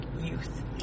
youth